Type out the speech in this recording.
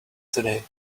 today